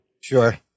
Sure